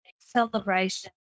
celebration